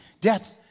death